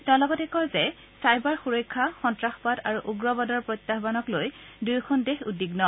তেওঁ লগতে কয় যে চাইবাৰ সুৰক্ষা সন্ত্ৰাসবাদ আৰু উগ্ৰবাদৰ প্ৰত্যায়ানক লৈ দুয়োখন দেশে উদ্বিগ্ন